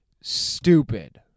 Stupid